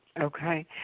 Okay